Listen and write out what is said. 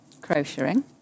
crocheting